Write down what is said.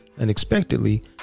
unexpectedly